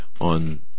on